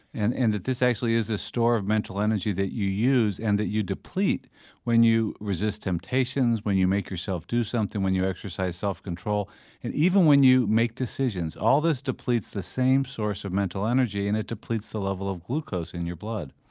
and and this is a store of mental energy that you use and that you deplete when you resist temptations, when you make yourself do something, when you exercise self-control and even when you make decisions. all this depletes the same source of mental energy and it depletes the level of glucose in your blood.